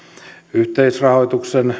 yhteisrahoituksen